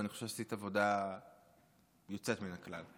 ואני חושב שעשית עבודה יוצאת מן הכלל,